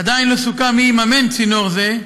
עדיין לא סוכם מי יממן צינור זה.